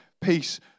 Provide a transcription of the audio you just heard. peace